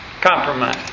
Compromise